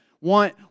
want